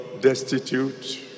destitute